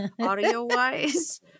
audio-wise